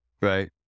right